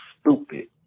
stupid